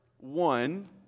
one